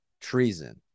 treason